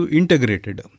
integrated